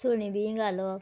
सणबीं घालप